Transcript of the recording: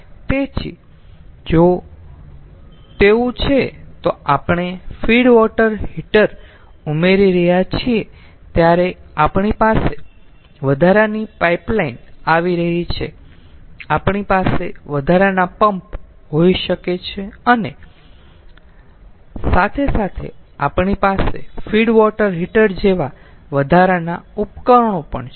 તેથી જો તેવું છે તો આપણે ફીડ વોટર હીટર ઉમેરી રહ્યા છીએ ત્યારે આપણી પાસે વધારાની પાઇપલાઇન આવી રહી છે આપણી પાસે વધારાના પંપ હોઈ શકે છે અને સાથે સાથે આપણી પાસે ફીડ વોટર હીટર જેવા વધારાના ઉપકરણો પણ છે